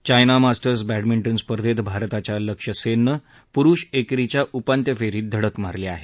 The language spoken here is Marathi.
चायना मास्टर्स बॅडमिंटन स्पर्धेत भारताच्या लक्ष्य सेननं पुरुष एकेरीच्या उपान्त्य फेरीत धडक मारली आहे